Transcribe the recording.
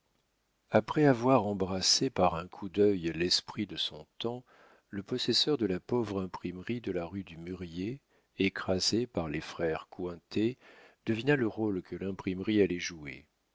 après avoir embrassé par un coup d'œil l'esprit de son temps le possesseur de la pauvre imprimerie de la rue du mûrier écrasé par les frères cointet devina le rôle que l'imprimerie allait jouer